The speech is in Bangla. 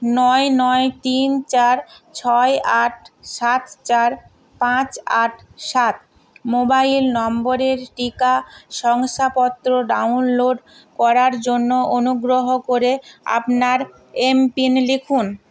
নয় নয় তিন চার ছয় আট সাত চার পাঁচ আট সাত মোবাইল নম্বরের টিকা শংসাপত্র ডাউনলোড করার জন্য অনুগ্রহ করে আপনার এমপিন লিখুন